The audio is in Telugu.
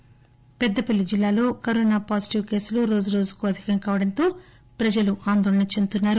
కరోనా పెద్దపల్లి పెద్లపల్లి జిల్లాలో కరోనా పాజిటివ్ కేసులు రోజురోజుకు అధికం కావడం తో ప్రజలు ఆందోళన చెందుతున్నారు